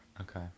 okay